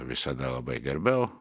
visada labai gerbiau